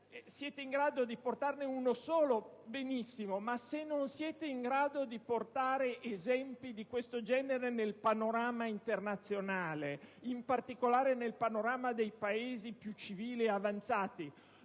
siete in grado di citarne uno solo, benissimo, ma se non siete in grado di portare esempi di questo genere nel panorama internazionale, in particolare in quello dei Paesi più civili e avanzati,